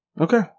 Okay